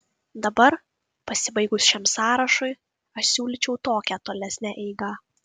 dabar pasibaigus šiam sąrašui aš siūlyčiau tokią tolesnę eigą